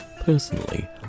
Personally